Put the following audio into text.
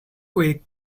were